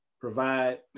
provide